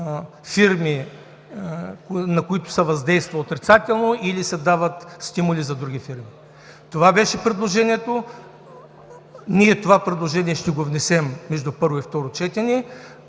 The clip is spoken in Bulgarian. на които се въздейства отрицателно, или се дават стимули за други фирми. Това беше предложението. Ние ще го внесем между първо и второ четене.